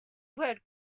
word